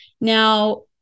Now